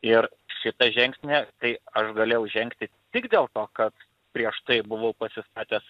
ir šitą žingsnį tai aš galėjau žengti tik dėl to kad prieš tai buvau pasistatęs